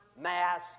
mass